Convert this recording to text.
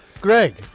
Greg